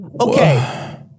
Okay